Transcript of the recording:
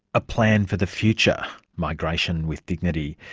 a plan for the future, migration with dignity.